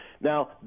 Now